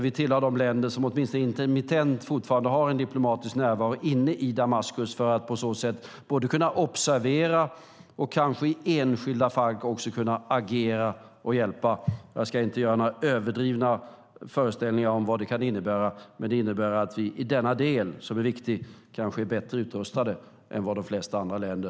Vi tillhör de länder som åtminstone intermittent fortfarande har en diplomatisk närvaro inne i Damaskus för att på så sätt kunna både observera och i enskilda fall agera och hjälpa till. Jag ska inte göra några överdrivna föreställningar om vad det kan innebära, men det innebär att vi i denna del kanske är bättre utrustade än de flesta andra länder.